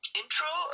intro